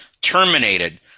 terminated